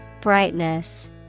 Brightness